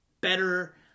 better